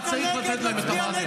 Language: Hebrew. רק צריך לתת להם את המענה.